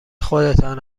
خودتان